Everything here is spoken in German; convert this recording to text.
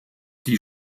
die